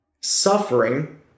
suffering